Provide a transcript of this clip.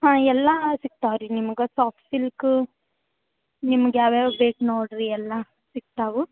ಹಾಂ ಎಲ್ಲ ಸಿಗ್ತಾವೆ ರೀ ನಿಮಗೆ ಸಾಫ್ಟ್ ಸಿಲ್ಕ್ ನಿಮಗೆ ಯಾವ್ಯಾವು ಬೇಕು ನೋಡಿರಿ ಎಲ್ಲ ಸಿಕ್ತಾವೆ